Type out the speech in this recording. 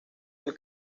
del